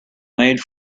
made